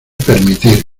permitir